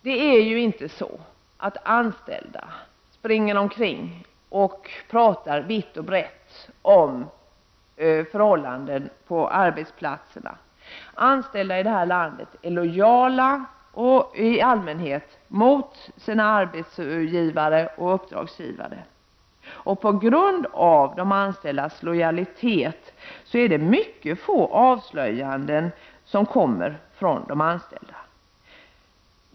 Det är ju inte så att anställda springer omkring och talar vitt och brett om förhållanden på arbetsplatserna. Anställda i det här landet är i allmänhet lojala mot sina arbetsoch uppdragsgivare. På grund av de anställdas lojalitet mot sina arbetsgivare är det mycket få avslöjanden som kommer från de anställda.